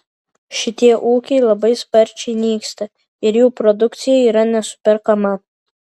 šitie ūkiai labai sparčiai nyksta ir jų produkcija yra nesuperkama